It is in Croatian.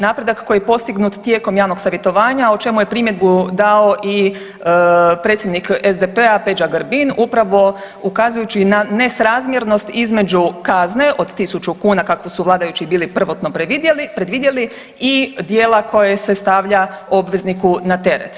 Napredak koji je postignut tijekom javnog savjetovanja o čemu je primjedbu dao i predsjednik SDP-a Peđa Grbin upravo ukazujući na nesrazmjernost između kazne od 1.000 kuna kakvu su vladajući bili prvotno predvidjeli i dijela koje se stavlja obvezniku na teret.